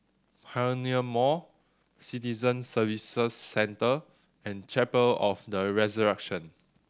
Pioneer Mall Citizen Services Centre and Chapel of the Resurrection